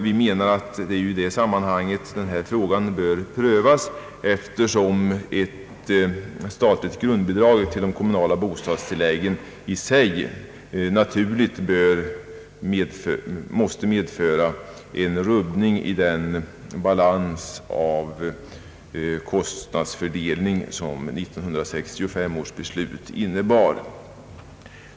Vi anser att den här frågan bör prövas i det sammanhanget, eftersom ett statligt grundbidrag till det kommunala bostadstillägget i sig naturligt måste medföra en rubbning av balansen i den kostnadsfördelning som 1965 års beslut innebar.